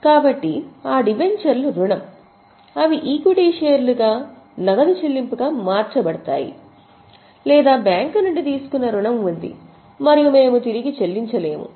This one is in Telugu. కాబట్టి ఆ డిబెంచర్లు రుణం అవి ఈక్విటీ షేర్లుగా నగదు చెల్లింపుగా మార్చబడతాయి లేదా బ్యాంకు నుండి తీసుకున్న రుణం ఉంది మరియు మేము తిరిగి చెల్లించలేము